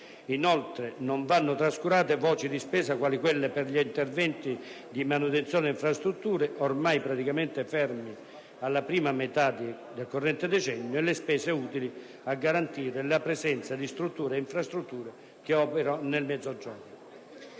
Inoltre, non vanno trascurate voci di spesa quali quelle per gli interventi di manutenzione alle infrastrutture, ormai praticamente fermi alla prima metà del corrente decennio, e le spese utili a garantire la presenza di strutture e infrastrutture che operino nel Mezzogiorno.